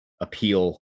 appeal